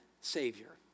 Savior